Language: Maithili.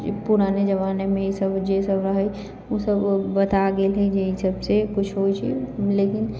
पुराने जमानेमे ई सब जेसब रहै उ सब बता गेलै जे ई सबसँ कुछ होइ छै लेकिन